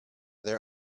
their